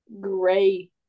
gray